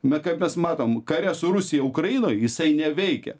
bet kaip mes matom kare su rusija ukrainoj jisai neveikia